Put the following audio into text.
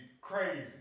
crazy